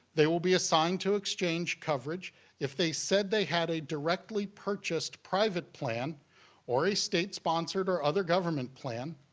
they will be assigned to exchange coverage if they said they had a directly purchased private plan or a state-sponsored or other government plan,